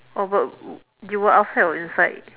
oh but you were outside or inside